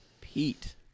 Pete